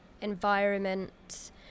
environment